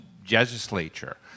legislature